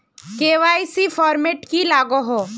KYC format की लागोहो?